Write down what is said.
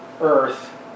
Earth